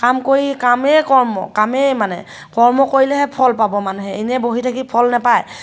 কাম কৰি কামেই কৰ্ম কামেই মানে কৰ্ম কৰিলেহে ফল পাব মানুহে এনেই বহি থাকি ফল নাপায়